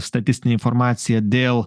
statistinę informaciją dėl